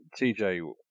tj